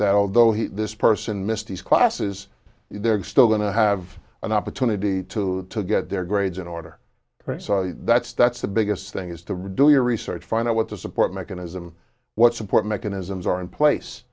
that although he this person missed these classes they're still going to have an opportunity to get their grades in order that's that's the biggest thing is to reduce your research find out what the support mechanism what support mechanisms are in place